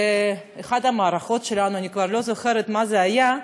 באחת המערכות שלנו, אני כבר לא זוכרת מה זה היה,